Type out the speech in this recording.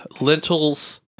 lentils